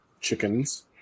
chickens